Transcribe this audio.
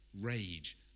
rage